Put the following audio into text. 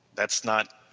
that's not,